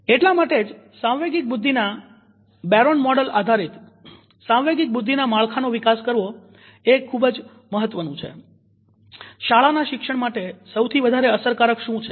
એટલા માટે જ સાંવેગિક બુદ્ધિના બેરોન મોડેલ આધારિત સાંવેગિક બુદ્ધિના માળખાનો વિકાસ કરવો એ ખુબ જ મહત્વનું છે શાળાના શિક્ષણ માટે સૌથી વધારે અસરકારક શું છે